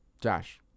Josh